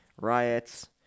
riots